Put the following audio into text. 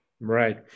Right